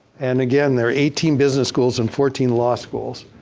and again, there are eighteen business schools and fourteen law schools.